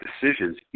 decisions